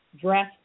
dress